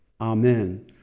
Amen